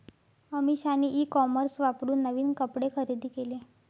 अमिषाने e commerce वापरून नवीन कपडे खरेदी केले